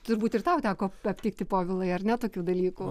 turbūt ir tau teko aptikti povilai ar ne tokių dalykų